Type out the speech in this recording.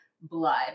blood